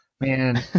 man